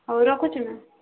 ହଉ ରଖୁଛି ମ୍ୟାମ୍